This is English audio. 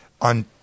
on